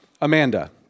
Amanda